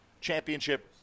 Championship